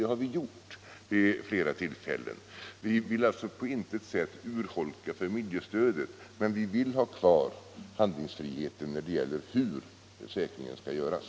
Det har vi föreslagit vid flera tillfällen, och vi vill alltså på intet sätt urholka familjestödet, men vi vill ha kvar handlingsfriheten när det gäller hur försäkringen skall utformas.